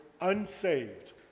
unsaved